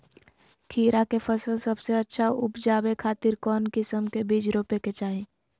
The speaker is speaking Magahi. खीरा के फसल सबसे अच्छा उबजावे खातिर कौन किस्म के बीज रोपे के चाही?